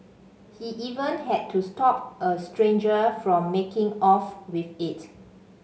he even had to stop a stranger from making off with it